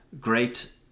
great